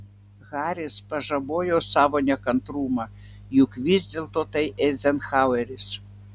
haris pažabojo savo nekantrumą juk vis dėlto tai eizenhaueris